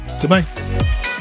Goodbye